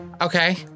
Okay